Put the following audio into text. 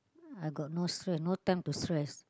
I got no stress no time to stress